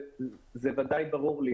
זה ברור לי,